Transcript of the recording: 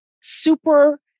super